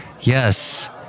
Yes